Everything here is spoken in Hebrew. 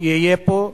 יהיה פה.